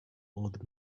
old